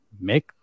make